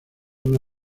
una